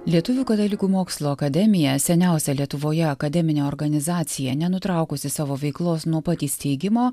lietuvių katalikų mokslo akademija seniausia lietuvoje akademinė organizacija nenutraukusi savo veiklos nuo pat įsteigimo